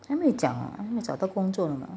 还没有讲他找到工作了没